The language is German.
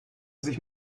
sich